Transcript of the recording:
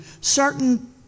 certain